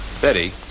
Betty